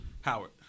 Howard